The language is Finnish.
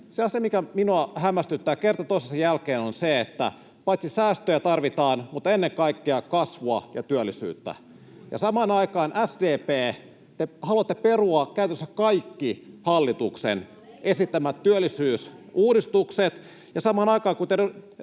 asia, mikä minua hämmästyttää kerta toisensa jälkeen, on se, että paitsi säästöjä tarvitaan mutta ennen kaikkea kasvua ja työllisyyttä ja samaan aikaan, SDP, te haluatte perua käytännössä kaikki hallituksen esittämät työllisyysuudistukset